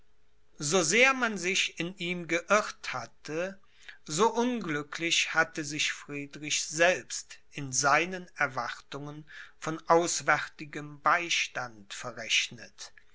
so sehr man sich in ihm geirrt hatte so unglücklich hatte sich friedrich selbst in seinen erwartungen von auswärtigem beistand verrechnet